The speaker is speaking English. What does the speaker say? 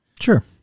Sure